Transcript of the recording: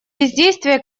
бездействия